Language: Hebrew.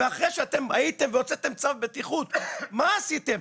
ואחרי שאתם הייתם והוצאתם צו בטיחות, מה עשיתם?